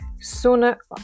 Sooner